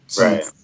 right